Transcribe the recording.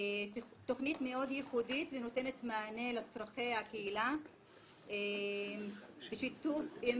תוכנית מאוד יחודית ונותנת מענה לצרכי הקהילה בשיתוף עם